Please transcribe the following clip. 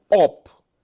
up